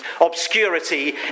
Obscurity